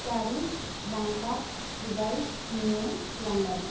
Paris Bangkok Dubai new London